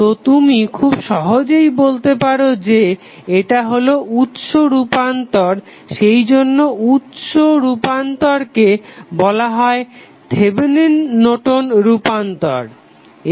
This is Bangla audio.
তো তুমি খুব সহজেই বলতে পারো যে এটা হলো উৎস রুপান্তর সেই জন্য উৎস রুপান্তরকে বলা হয় থেভেনিন নর্টন'স রূপান্তর Thevenin Nortons transformation